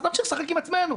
נמשיך לשחק עם עצמנו.